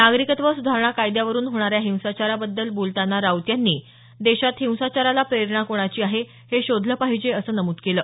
नागरिकत्व सुधारणा कायद्यावरून होणाऱ्या हिंसाचाराबद्दल बोलताना राऊत यांनी देशात हिंसाचाराला प्रेरणा कोणाची आहे ते शोधले पाहिजे असं नमूद केलं